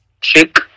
Chick